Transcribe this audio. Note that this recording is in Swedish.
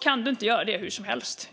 kan du inte göra det hur som helst.